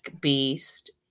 beast